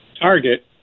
target